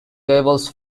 gables